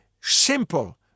simple